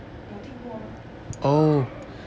你有听过吗